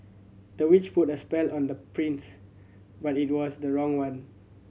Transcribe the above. the witch put a spell on the prince but it was the wrong one